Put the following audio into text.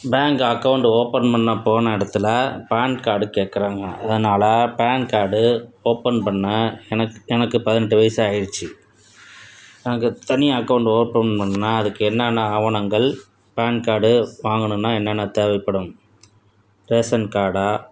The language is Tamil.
பேங்க் அக்கௌண்டு ஓப்பன் பண்ணப் போன இடத்துல பேன் கார்டு கேட்குறாங்க அதனால் பேன் கார்டு ஓப்பன் பண்ணேன் எனக் எனக்கு பதினெட்டு வயசு ஆகிடுச்சி நாங்கத் தனியாக அக்கௌண்டு ஓப்பன் பண்ணால் அதுக்கு என்னென்ன ஆவணங்கள் பேன் கார்டு வாங்கணும்னா என்னென்னத் தேவைப்படும் ரேசன் கார்டா